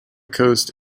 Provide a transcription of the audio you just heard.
coast